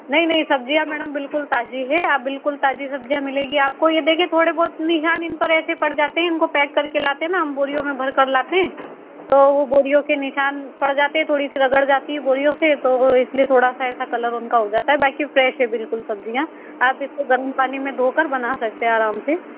नहीं नहीं सब्जियाँ मैडम बिल्कुल ताजी हैं आप बिल्कुल ताजी सब्जियाँ मिलेगी ये देखिए थोड़े बहुत निशान इन पर ऐसे पड़ जाते हैं इनको पैक करके लाते हैं ना हम बोरियों में भर कर लाते हैं तो वो बोरियों के निशान पड़ जाते हैं थोड़ी सी रगड़ जाती है बोरियों से तो इसलिए ऐसा थोड़ा सा ऐसा कलर हो जाता है बाकी फ्रेश हैं बिल्कुल सब्जियाँ आप इसको गर्म पानी में धोकर बना सकते है आराम से